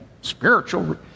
spiritual